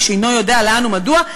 איש אינו יודע לאן ומדוע.